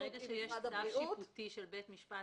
ברגע שיש צו שיפוטי של בית משפט,